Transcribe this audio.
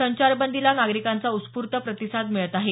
संचारबंदीला नागरिकांचा उस्फूर्त प्रतिसाद मिळत आहे